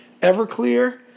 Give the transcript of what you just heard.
Everclear